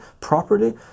properly